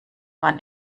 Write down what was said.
man